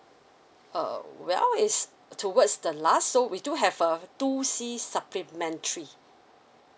err well is towards the last so we do have err two C supplementary